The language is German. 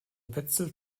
wetzel